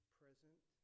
present